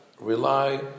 rely